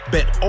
bet